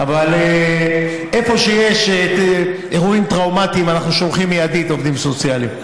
אבל איפה שיש אירועים טראומטיים אנחנו שולחים מיידית עובדים סוציאליים.